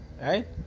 right